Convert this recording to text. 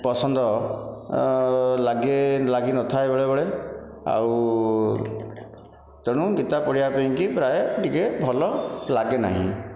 ପସନ୍ଦ ଲାଗେ ଲାଗିନଥାଏ ବେଳେବେଳେ ଆଉ ତେଣୁ ଗୀତା ପଢ଼ିବା ପାଇଁ କି ପ୍ରାୟ ଟିକିଏ ଭଲ ଲଗେନାହିଁ